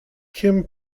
kim